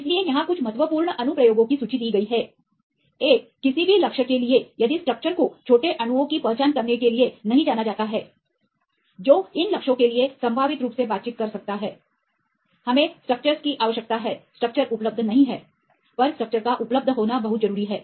इसलिए यहां कुछ महत्वपूर्ण अनुप्रयोगों की सूची दी गई है एक किसी भी लक्ष्य के लिए यदि स्ट्रक्चर को छोटे अणुओं की पहचान करने के लिए नहीं जाना जाता है जो इन लक्ष्यों के लिए संभावित रूप से बातचीत कर सकता है हमें स्ट्रक्चर्स की आवश्यकता हैस्ट्रक्चर उपलब्ध नहीं है पर स्ट्रक्चर का उपलब्ध होना बहुत जरूरी है